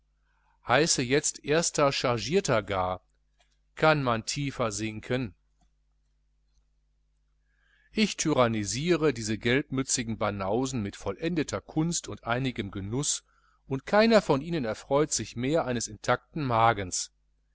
heiße jetzt erster chargierter gar kann man tiefer sinken ich tyrannisiere diese gelbmützigen banausen mit vollendeter kunst und einigem genuß und keiner von ihnen erfreut sich mehr eines intakten magens